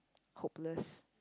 hopeless